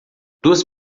duas